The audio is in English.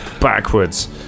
backwards